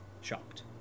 shocked